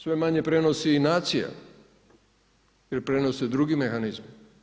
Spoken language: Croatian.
Sve manje prenosi i nacija i prenose drugi mehanizmi.